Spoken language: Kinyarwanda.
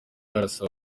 arasaba